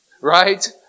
Right